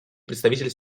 представитель